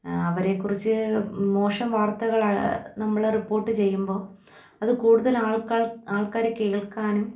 അവരെക്കുറിച്ച് മോശം വാർത്തകൾ നമ്മൾ റിപ്പോർട്ട് ചെയ്യുമ്പം അതു കൂടുതലാൾക്കാൾ ആൾക്കാർ കേൾക്കാനും